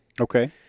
Okay